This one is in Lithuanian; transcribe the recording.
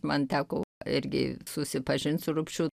man teko irgi susipažint su rupšiu